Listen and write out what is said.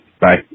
Bye